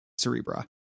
Cerebra